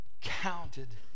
counted